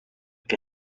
que